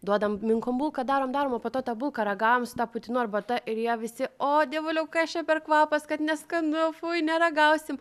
duodam minkom bulką darom darom o po to tą bulką ragaujam su ta putinų arbata ir jie visi o dievuliau kas čia per kvapas kad neskanu fui neragausim